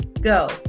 go